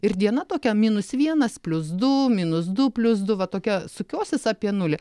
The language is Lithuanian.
ir diena tokia minus vienas plius du minus du plius du va tokia sukiosis apie nulį